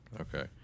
Okay